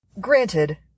Granted